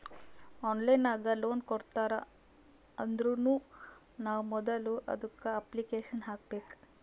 online ನಾಗ್ loan ಕೊಡ್ತಾರ್ ಅಂದುರ್ನು ನಾವ್ ಮೊದುಲ ಅದುಕ್ಕ ಅಪ್ಲಿಕೇಶನ್ ಹಾಕಬೇಕ್